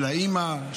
של האימא,